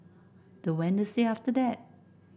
the Wednesday after that